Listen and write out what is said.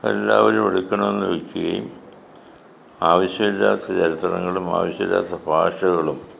എല്ലാവരും എടുക്കണമെന്ന് വെയ്ക്കുകയും ആവശ്യവില്ലാത്ത ചരിത്രങ്ങളും ആവശ്യം ഇല്ലാത്ത ഭാഷകളും